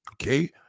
Okay